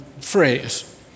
phrase